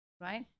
right